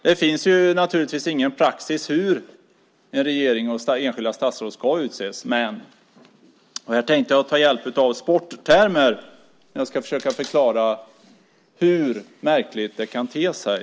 Det finns ingen praxis för hur en regering och enskilda statsråd ska utses, men jag tänkte ta hjälp av sporttermer när jag ska försöka förklara hur märkligt det kan te sig.